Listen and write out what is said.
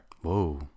Whoa